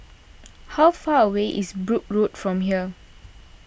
how far away is Brooke Road from here